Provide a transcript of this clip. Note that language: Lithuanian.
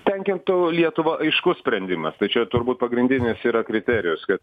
tenkintų lietuvą aiškus sprendimas tai čia turbūt pagrindinis yra kriterijus kad